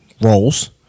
roles